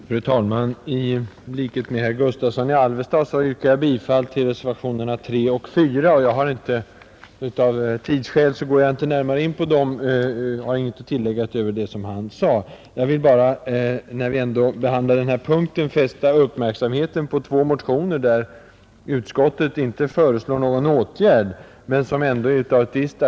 Fru talman! I likhet med herr Gustavsson i Alvesta yrkar jag bifall till reservationerna 3 och 4, och av tidsskäl skall jag inte tillägga något utöver vad herr Gustavsson anförde. Men när vi nu behandlar denna punkt vill jag ändå fästa uppmärksamheten på två motioner som har ett visst aktuellt intresse, men som har avstyrkts av utskottet.